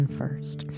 first